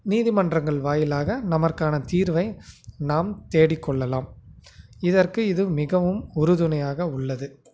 நீதிமன்றங்கள் வாயிலாக நமக்கான தீர்வை நாம் தேடிக்கொள்ளலாம் இதற்கு இது மிகவும் உறுதுணையாக உள்ளது